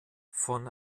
von